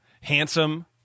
Handsome